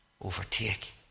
Overtake